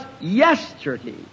yesterday